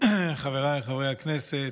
חבריי חברי הכנסת,